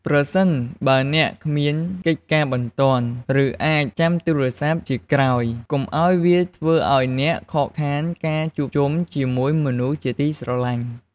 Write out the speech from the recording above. ប្រសិនបើអ្នកគ្មានកិច្ចការបន្ទាន់ ឬអាចចាំទូរស័ព្ទជាក្រោយ កុំឲ្យវាធ្វើឲ្យអ្នកខកខានការជួបជុំជាមួយមនុស្សជាទីស្រឡាញ់។